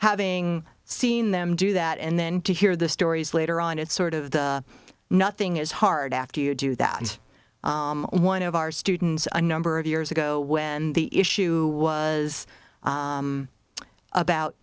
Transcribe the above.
having seen them do that and then to hear the stories later on it's sort of the nothing is hard after you do that and one of our students a number of years ago when the issue was about